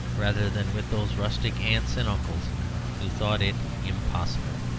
rather than with those rustic aunts and uncles who thought it impossible.